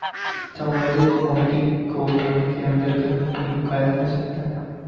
संवर्धित मोती को पानी के अंदर कहीं भी उगाया जा सकता है